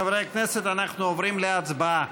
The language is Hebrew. חברי הכנסת, אנחנו עוברים להצבעה.